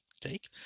take